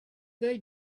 they